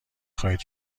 خواهید